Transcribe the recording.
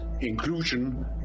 inclusion